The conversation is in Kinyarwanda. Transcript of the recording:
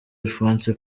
alphonse